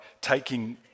taking